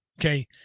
Okay